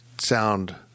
sound